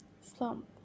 slump